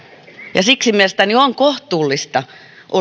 ja siksi mielestäni on kohtuullista